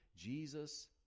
Jesus